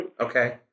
Okay